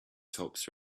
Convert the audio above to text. tops